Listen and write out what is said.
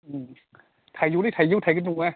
उम थाइजौ लै थाइजौ थाइजौ थाइगिर नङा